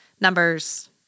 Numbers